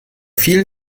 vielen